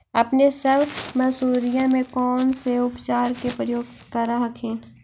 अपने सब मसुरिया मे कौन से उपचार के प्रयोग कर हखिन?